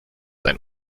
ein